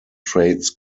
trades